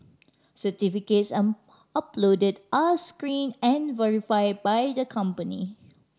certificates on uploaded are screen and verify by the company